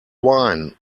wine